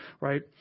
right